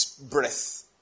Breath